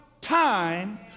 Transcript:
time